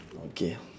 okay